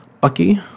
Bucky